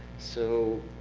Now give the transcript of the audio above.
so